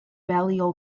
balliol